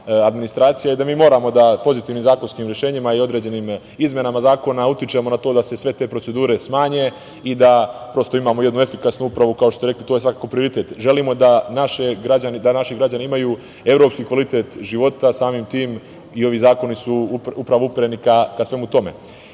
administracija i da mi moramo da pozitivnim zakonskim rešenjima i određenim izmenama zakona utičemo na to da se sve te procedure smanje i da prosto imamo jednu efikasnu upravu, kao što ste rekli, to je svakako prioritet. Želimo da naši građani imaju evropski kvalitet života, samim tim i ovi zakoni su upravo upereni ka svemu tome. Tu